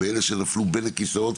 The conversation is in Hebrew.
באלה שנפלו בין הכיסאות,